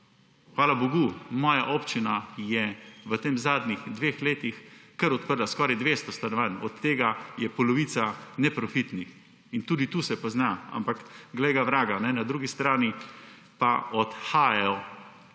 Hvala bogu, moja občina je v zadnjih dveh letih odprla skoraj 200 stanovanj, od tega je polovica neprofitnih, in tudi tu se pozna. Ampak glej ga vraga, na drugi strani pa odhajajo